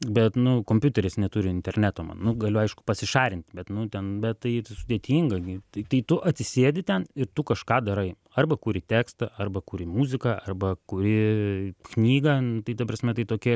bet nu kompiuteris neturi interneto mano nu galiu aišku pasišarint bet nu ten bet tai sudėtinga gi tai tai tu atsisėdi ten ir tu kažką darai arba kuri tekstą arba kuri muziką arba kuri knygą nu tai ta prasme tai tokia